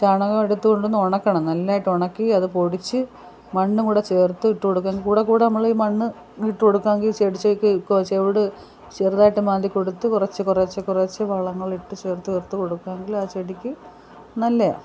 ചാണകെടുത്തോണ്ടന്ന് ഉണക്കണം നല്ലായിട്ടൊണക്കി അത് പൊടിച്ച് മണ്ണൂടെ ചേർത്തിട്ട് കൊടുക്കണം കൂടെ കൂടെ നമ്മളീ മണ്ണ് ഇട്ട് കൊടുക്കാങ്കിൽ ചെടിച്ചെക്ക് ചുവട് ചെറുതായിട്ട് മാന്തി കൊടുത്ത് കുറച്ച് കുറേശ്ശേ കുറേശ്ശേ വളങ്ങളിട്ട് ചേർത്ത് ചേർത്ത് കൊടുക്കാങ്കിൽ ആ ചെടിക്ക് നല്ലതാണ്